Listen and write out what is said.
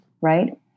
right